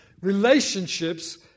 Relationships